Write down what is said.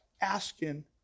asking